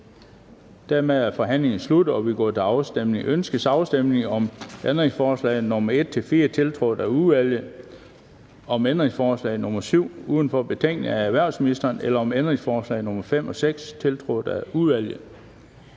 Den fg. formand (Bent Bøgsted): Ønskes afstemning om ændringsforslag nr. 1-4, tiltrådt af udvalget, om ændringsforslag nr. 7 uden for betænkningen af erhvervsministeren eller om ændringsforslag nr. 5 og 6, tiltrådt af udvalget?